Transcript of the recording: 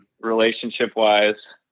relationship-wise